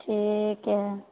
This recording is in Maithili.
ठीक हइ